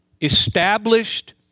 Established